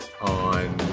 on